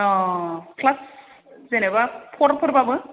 अ class जेनैबा फ'रफोरबाबो